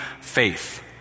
faith